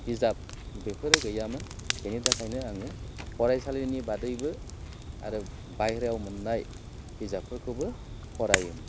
बिजाब बेफोरो गैयामोन बेनिथाखायनो आङो फरायसालिनि बादैबो आरो बाहेरायाव मोननाय बिजाबफोरखौबो फरायोमोन